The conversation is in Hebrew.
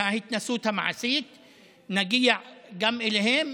ההתנסות המעשית מוגבלים, נגיע גם אליהם.